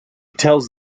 tells